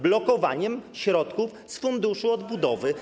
Blokowaniem środków z Funduszu Odbudowy.